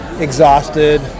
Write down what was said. Exhausted